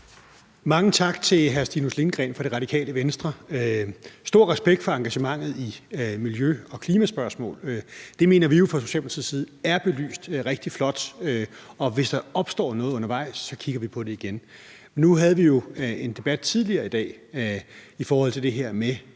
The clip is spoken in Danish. Mange tak til hr. Stinus Lindgreen fra Radikale Venstre. Jeg har stor respekt for engagementet i miljø- og klimaspørgsmål. Det mener vi jo fra Socialdemokratiets side er belyst rigtig flot, og hvis der opstår noget undervejs, kigger vi på det igen. Nu havde vi jo en debat tidligere i dag i forbindelse med det her med,